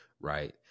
Right